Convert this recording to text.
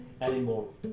anymore